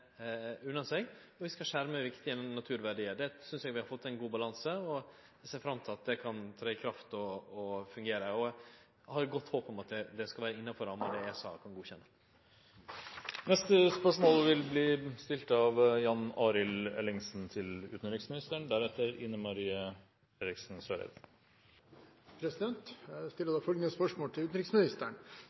og vi skal skjerme viktige naturverdiar. Der synest eg vi har fått ein god balanse, og eg ser fram til at det kan tre i kraft og fungere. Eg har eit godt håp om at det skal vere innafor ramma av det som ESA kan godkjenne. Jeg stiller følgende spørsmål